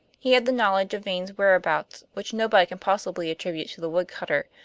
he had the knowledge of vane's whereabouts, which nobody can possibly attribute to the woodcutter.